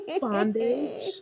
bondage